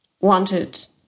wanted